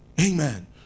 Amen